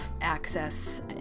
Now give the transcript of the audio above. access